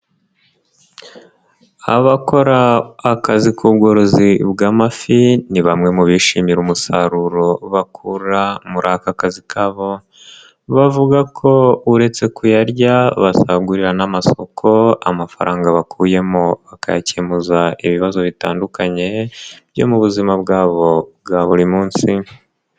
Abakora akazi k'ubworozi bw'amafi, ni bamwe mu bishimira umusaruro bakura muri aka kazi kabo, bavuga ko uretse kuyarya basagurira n'amasoko, amafaranga bakuyemo bakayakemu ibibazo bitandukanye byo mu buzima bwabo bwa buri munsi.